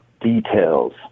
details